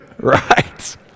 right